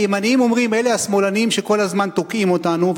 הימנים אומרים: אלה השמאלנים שכל הזמן תוקעים אותנו,